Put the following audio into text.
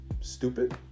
stupid